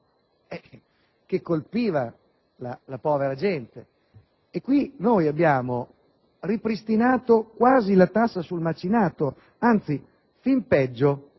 che colpivano la povera gente. Con la finanziaria abbiamo ripristinato quasi la tassa sul macinato; anzi, fin peggio,